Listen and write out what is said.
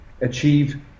achieve